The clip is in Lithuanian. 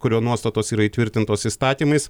kurio nuostatos yra įtvirtintos įstatymais